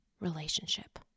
relationship